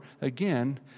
again